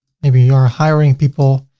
maybe you are hiring people.